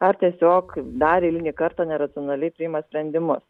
ar tiesiog dar eilinį kartą neracionaliai priima sprendimus